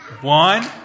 One